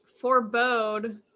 Forebode